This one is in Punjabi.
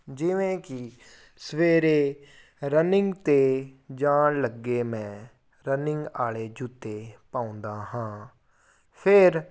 ਜਿਵੇਂ ਕੀ ਸਵੇਰੇ ਰਨਿੰਗ 'ਤੇ ਜਾਣ ਲੱਗੇ ਮੈਂ ਰਨਿੰਗ ਆਲੇ ਜੁੱਤੇ ਪਾਉਂਦਾ ਹਾਂ ਫੇਰ